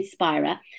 Inspira